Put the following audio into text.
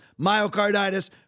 myocarditis